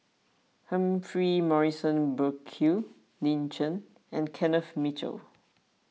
Humphrey Morrison Burkill Lin Chen and Kenneth Mitchell